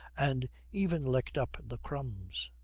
and even licked up the crumbs.